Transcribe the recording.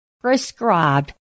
prescribed